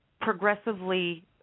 progressively